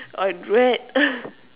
or dread